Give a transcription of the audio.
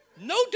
No